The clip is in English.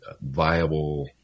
viable